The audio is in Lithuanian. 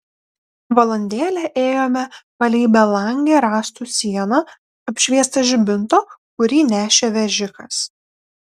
valandėlę ėjome palei belangę rąstų sieną apšviestą žibinto kurį nešė vežikas